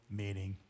meaning